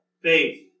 faith